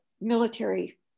military